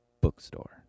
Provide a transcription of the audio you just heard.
bookstore